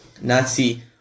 Nazi